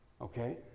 Okay